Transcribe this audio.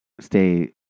stay